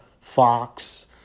Fox